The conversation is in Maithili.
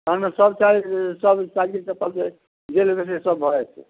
ओहिमे सब साइज सब साइजके चप्पल जे लेबै से सब भऽ जेतै